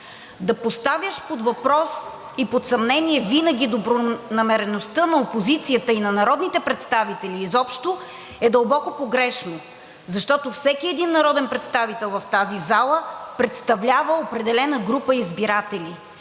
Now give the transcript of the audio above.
Да поставяш под въпрос и под съмнение винаги добронамереността на опозицията и на народните представители изобщо е дълбоко погрешно, защото всеки един народен представител в тази зала представлява определена група избиратели.